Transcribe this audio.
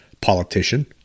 politician